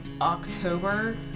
October